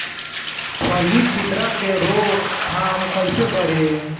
फली छिद्रक के रोकथाम कईसे करी?